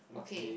okay